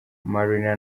marina